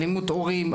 אלימות הורים,